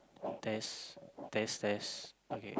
test test test okay